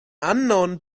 unknown